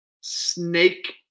snake